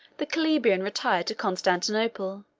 the calabrian retired to constantinople,